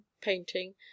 painting